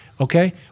Okay